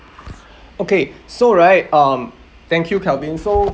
okay so right um thank you calvin so